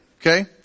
okay